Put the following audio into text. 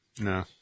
No